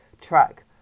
track